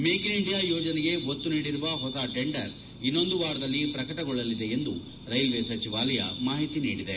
make in India ಯೋಜನೆಗೆ ಒತ್ತು ನೀಡಿರುವ ಹೊಸ ಟೆಂಡರ್ ಇನ್ನೊಂದು ವಾರದಲ್ಲಿ ಪ್ರಕಟಗೊಳ್ಳಲಿದೆ ಎಂದು ಕೈಲ್ವೇ ಸಚಿವಾಲಯ ಮಾಹಿತಿ ನೀಡಿದೆ